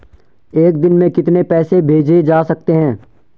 एक दिन में कितने पैसे भेजे जा सकते हैं?